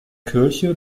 kirche